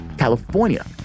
California